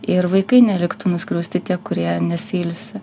ir vaikai neliktų nuskriausti tie kurie nesiilsi